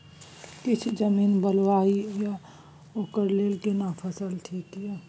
किछ जमीन बलुआही ये ओकरा लेल केना फसल ठीक ये?